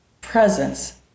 Presence